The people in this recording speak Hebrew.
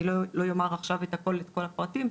אני לא יאמר עכשיו את כל הפרטים.